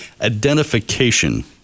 identification